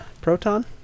proton